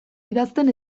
idazten